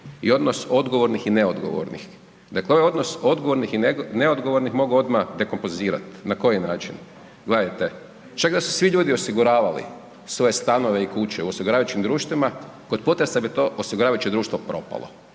i odnos odgovornih i neodgovornih. Dakle, ovaj odnos odgovornih i neodgovornih mogu odmah nekompozorirati. Na koji način? Gledajte, čak da su svi ljudi osiguravali svoje stanove i kuće u osiguravajućih društvima, kod potresa bi to osiguravajuće društvo propalo,